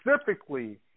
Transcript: specifically